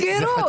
תסגרו.